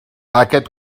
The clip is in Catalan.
aquest